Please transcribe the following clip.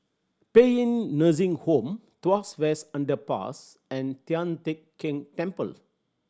Paean Nursing Home Tuas West Underpass and Tian Teck Keng Temple